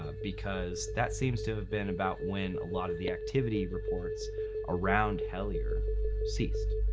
ah because that seems to have been about when a lot of the activity reports around hellier ceased.